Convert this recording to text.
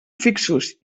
fixos